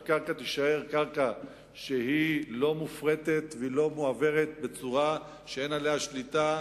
שהקרקע תישאר קרקע שלא מופרטת ולא מועברת בצורה שאין עליה שליטה,